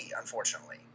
Unfortunately